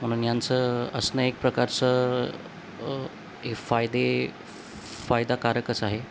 म्हणून यांचं असणं एक प्रकारचं हे फायदे फायदाकारकच आहे